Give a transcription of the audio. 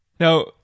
Now